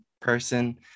person